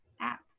app